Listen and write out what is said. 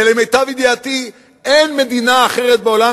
ולמיטב ידיעתי אין מדינה אחרת בעולם